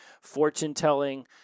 fortune-telling